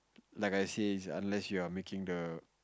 like I can it's unless you are making the